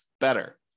better